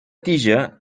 tija